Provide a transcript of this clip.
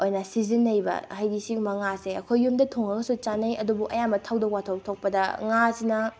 ꯑꯣꯏꯅ ꯁꯤꯖꯤꯟꯅꯩꯕ ꯍꯥꯏꯗꯤ ꯁꯤꯒꯨꯝꯕ ꯉꯥꯁꯦ ꯑꯩꯈꯣꯏ ꯌꯨꯝꯗ ꯊꯣꯡꯉꯒꯁꯨ ꯆꯥꯅꯩ ꯑꯗꯨꯕꯨ ꯑꯌꯥꯝꯕ ꯊꯧꯗꯣꯛ ꯋꯥꯊꯣꯛ ꯊꯣꯛꯄꯗ ꯉꯥꯁꯤꯅ